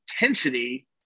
intensity